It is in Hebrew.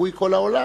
בגיבוי כל העולם.